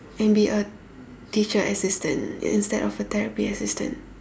and be a teacher assistant instead of a therapy assistant